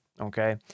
okay